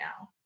now